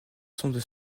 sondes